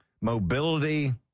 mobility